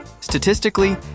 Statistically